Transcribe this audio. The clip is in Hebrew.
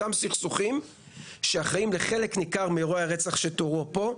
אותם סכסוכים שאחראיים לחלק ניכר ממקרי הרח שתוארו פה.